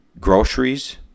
Groceries